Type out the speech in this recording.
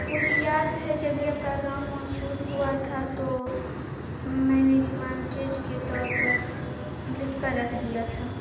مجھے یاد ہے جب یہ پیغام موصول ہوا تھا تو میں نے ریمانٹر کے طور پر لکھ کر رکھ دیا تھا